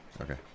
Okay